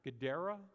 Gadara